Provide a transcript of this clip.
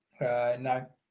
No